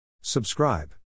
Subscribe